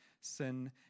sin